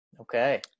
Okay